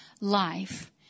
life